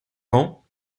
ans